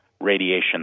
radiation